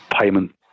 payment